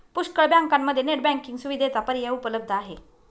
पुष्कळ बँकांमध्ये net banking सुविधेचा पर्याय उपलब्ध आहे